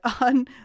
on